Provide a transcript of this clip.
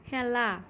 খেলা